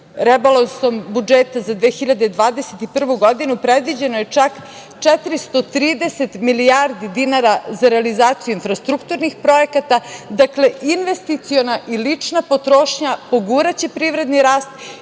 Rebalansom budžeta za 2021. godinu predviđeno je čak 430 milijardi dinara za realizaciju infrastrukturnih projekata. Dakle, investiciona i lična potrošnja poguraće privredni rast